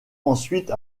ensuite